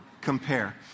compare